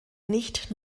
nicht